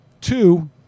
Two